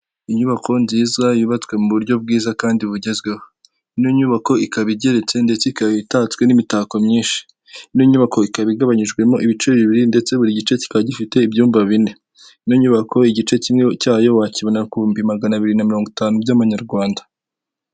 Inyubako nziza yubatswe mu buryo bwiza kandi bugezweho. Ino nyubako ikaba igeretse ndetse ikaba itatswe n'imitako myinshi. Ino nyubako ikaba igabanyijwemo ibice bibiri ndetse buri gice kikaba gifite ibyumba bine. Ino nyubako igice kimwe cyayo wakibona ku bihumbi magana abiri na mirongo itanu by'Amanyarwanda.